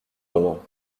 moment